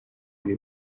kuri